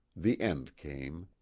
the end came.